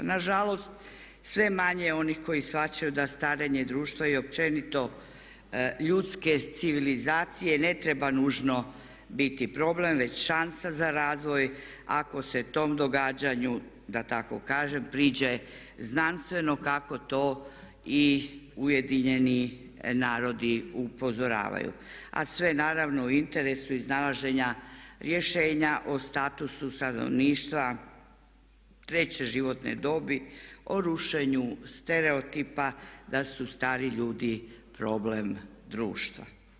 Nažalost sve manje je onih koji shvaćaju da starenje društva i općenito ljudske civilizacije ne treba nužno biti problem već šansa za razvoj ako se tom događanju da tako kažem priđe znanstveno kako to i UN upozoravaju a sve naravno u interesu iznalaženja rješenja o statusu stanovništva treće životne dobi, o rušenju stereotipa da su stari ljudi problem društva.